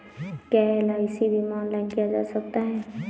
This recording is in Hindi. क्या एल.आई.सी बीमा ऑनलाइन किया जा सकता है?